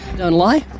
don't lie?